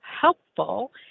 helpful